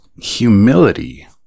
humility